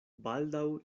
baldaŭ